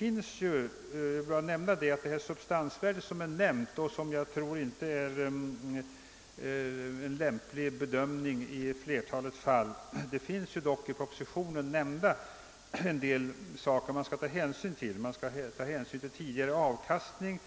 Men jag tror inte att det nämnda substansvärdet i allmänhet är en lämplig bedömningsgrund. I propositionen anges dock vissa förhållanden till vilka hänsyn skall tas — det gäller tidigare avkastning,